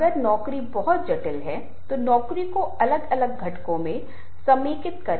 आप mind mapping तकनीक का उपयोग कर सकते हैं माइंड मैपिंग तकनीक क्या है